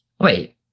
wait